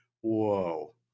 Whoa